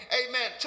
amen